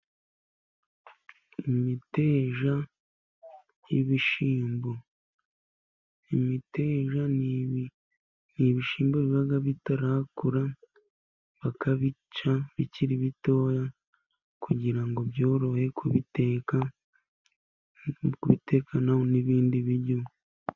Imiteja y'ibishyimbo. Imiteja ni ibishyimbo biba bitarakura, bakabica bikiri bitoya, kugira ngo byorohe kubiteka, kubitekana n'ibindi biryo.